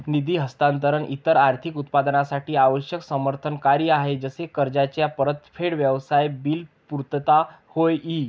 निधी हस्तांतरण इतर आर्थिक उत्पादनांसाठी आवश्यक समर्थन कार्य आहे जसे कर्जाची परतफेड, व्यवसाय बिल पुर्तता होय ई